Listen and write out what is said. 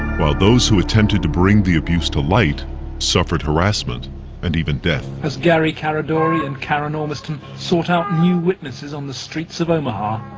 while those who attempted to bring the abuse to light suffered harassment and even death. as gary caradore and karen austin sort out new witnesses on the streets of omaha,